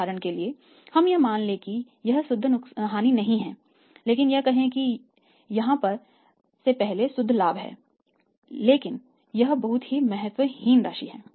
उदाहरण के लिए हम यह मान लें कि यह शुद्ध हानि नहीं है लेकिन यह कहें कि यह कर से पहले का शुद्ध लाभ है लेकिन यह बहुत ही महत्वहीन राशि है